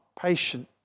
patient